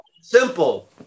Simple